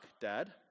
dad